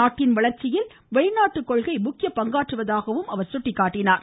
நாட்டின் வளர்ச்சியில் வெளிநாட்டுக் கொள்கை முக்கிய பங்காற்றுவதாகவும் அவர் தெரிவித்தார்